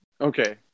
Okay